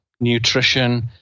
nutrition